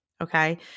Okay